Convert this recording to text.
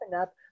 up